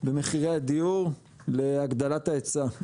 במחירי הדיור להגדלת ההיצע.